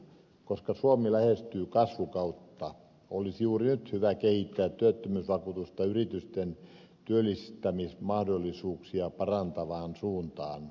koska suomi lähestyy kasvukautta olisi juuri nyt hyvä kehittää työttömyysvakuutusta yritysten työllistämismahdollisuuksia parantavaan suuntaan